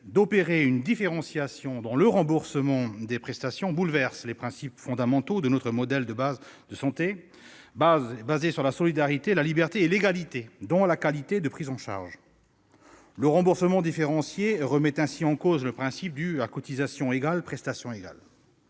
d'opérer une différenciation dans le remboursement des prestations bouleverse les principes fondamentaux de notre modèle de santé, fondé sur la solidarité, la liberté et l'égalité dans la qualité de prise en charge. Le remboursement différencié remet en cause le principe « à cotisations égales, prestations égales